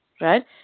Right